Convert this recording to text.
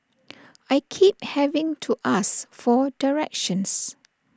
I keep having to ask for directions